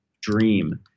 dream